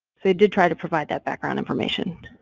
they did try to provide that background information.